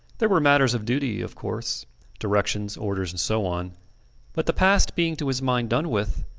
there were matters of duty, of course directions, orders, and so on but the past being to his mind done with,